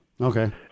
Okay